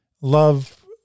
Love